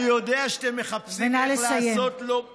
אני יודע שאתם מחפשים איך לעשות לו, נא לסיים.